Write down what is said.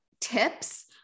tips